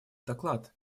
доклад